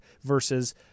versus